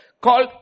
called